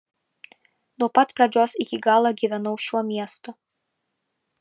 nuo pat pradžios iki galo gyvenau šiuo miestu